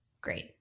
great